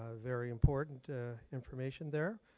ah very important information there.